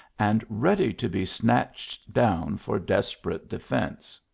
and ready to be snatched down for desperate defence.